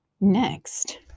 next